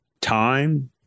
time